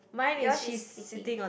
yours is sitting